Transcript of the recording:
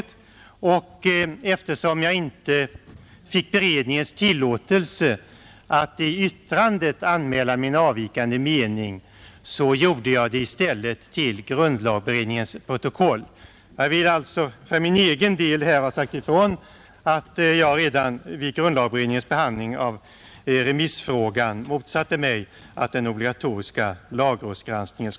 Jag fick emellertid inte beredningens tillåtelse att i yttrandet anmäla min avvikande mening och gjorde det därför i stället till grundlagberedningens protokoll. Jag vill alltså för min egen del här ha sagt ifrån att jag redan vid grundlagberedningens behandling av remissfrågan motsatte mig förslaget att avskaffa den obligatoriska lagrådsgranskningen.